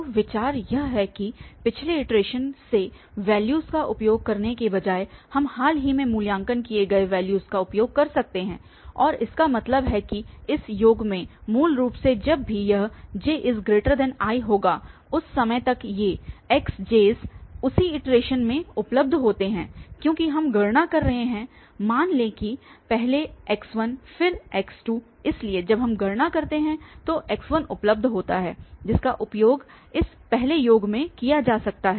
तो विचार यह है कि पिछले इटरेशन से वैल्यूस का उपयोग करने के बजाय हम हाल ही में मूल्यांकन किए गए वैल्यूस का उपयोग कर सकते हैं और इसका मतलब है कि इस योग में मूल रूप से जब भी यह ji होगा उस समय तक ये xjs उसी इटरेशन से उपलब्ध होते हैं क्योंकि हम गणना कर रहे हैं मान लें कि पहले x1 फिर x2 इसलिए जब हम गणना करते हैं तो x1 उपलब्ध होता है जिसका उपयोग इस पहले योग में किया जा सकता है